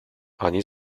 ani